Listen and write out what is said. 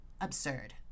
absurd